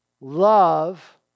love